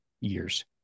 years